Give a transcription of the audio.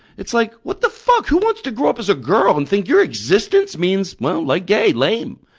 it's like what the fuck? who wants to grow up as a girl and think your existence means like like gay, lame?